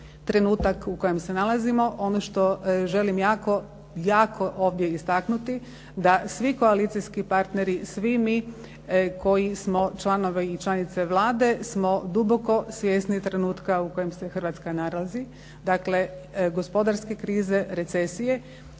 trenutak u kojem se nalazimo. Ono što želim jako, jako ovdje istaknuti da svi koalicijski partneri, svi mi koji smo članovi i članice Vlade smo duboko svjesni trenutka u kojem se Hrvatska nalazi. Dakle, gospodarske krize, recesije.